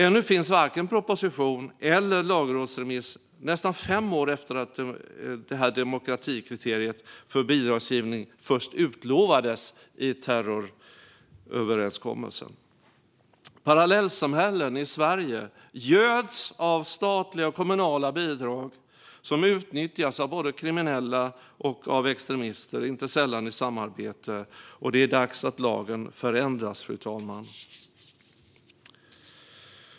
Ännu finns varken proposition eller lagrådsremiss, nästan fem år efter att demokratikriteriet för bidragsgivning först utlovades i terroröverenskommelsen. Parallellsamhällen i Sverige göds av statliga och kommunala bidrag som utnyttjas av både kriminella och extremister, inte sällan i samarbete. Det är dags att lagen förändras, fru talman.